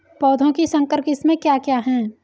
पौधों की संकर किस्में क्या क्या हैं?